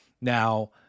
now